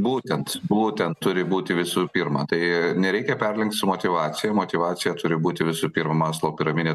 būtent būtent turi būti visų pirma tai nereikia perlenkt su motyvacija motyvacija turi būti visų pirma maslau piramidė